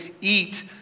eat